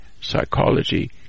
psychology